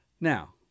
Now